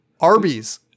Arby's